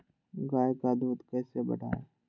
गाय का दूध कैसे बढ़ाये?